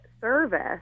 service